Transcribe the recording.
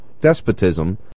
despotism